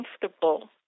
comfortable